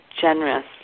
generous